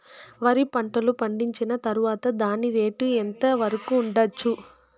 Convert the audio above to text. వరి పంటలు పండించిన తర్వాత దాని రేటు ఎంత వరకు ఉండచ్చు